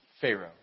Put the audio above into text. Pharaoh